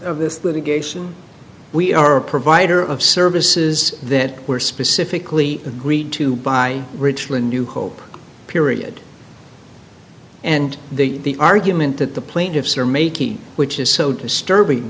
of this litigation we are a provider of services that were specifically agreed to by richland new hope period and the argument that the plaintiffs are making which is so disturbing